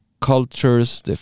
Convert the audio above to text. cultures